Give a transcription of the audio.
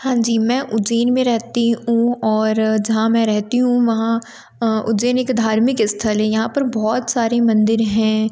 हाँ जी मैं उज्जैन में रहती हूँ और जहाँ मैं रहती हूँ वहाँ उज्जैन एक धार्मिक स्थल है यहाँ पर बहुत सारी मंदिर हैं